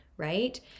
Right